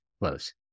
Close